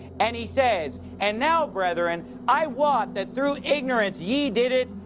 and he says and now, brethren, i wot that through ignorance ye did it,